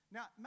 Now